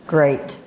Great